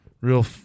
real